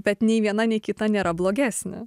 bet nei viena nei kita nėra blogesnė